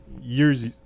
years